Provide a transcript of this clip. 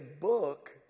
book